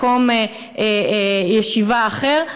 מקום ישיבה אחר,